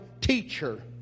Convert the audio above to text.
teacher